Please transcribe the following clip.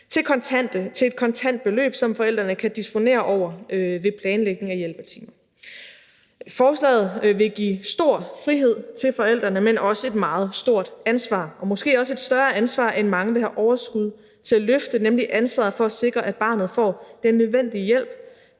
til et kontant beløb, som forældrene kan disponere over ved planlægning af hjælpertimer. Forslaget vil give stor frihed til forældrene, men også et meget stort ansvar, og måske også et større ansvar, end mange vil have overskud til at løfte, nemlig ansvaret for at sikre, at barnet får den nødvendige hjælp